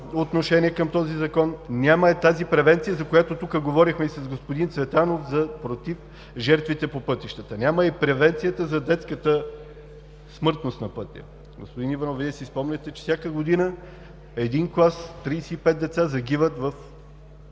отношение към този Закон, няма я тази превенция, за която тук говорихме и с господин Цветанов, против жертвите по пътищата. Няма я и превенцията за детската смъртност на пътя. Господин Иванов, Вие си спомняте, че всяка година един клас, тридесет и